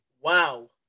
Wow